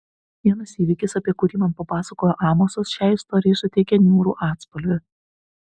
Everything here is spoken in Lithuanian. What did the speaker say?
vienas įvykis apie kurį man papasakojo amosas šiai istorijai suteikia niūrų atspalvį